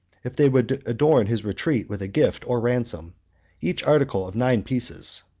if they would adorn his retreat with a gift or ransom each article of nine pieces.